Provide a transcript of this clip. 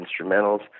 instrumentals